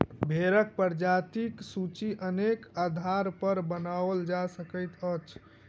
भेंड़क प्रजातिक सूची अनेक आधारपर बनाओल जा सकैत अछि